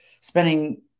spending